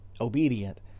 obedient